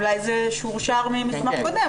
אולי זה שורשר ממסמך קודם.